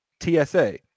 TSA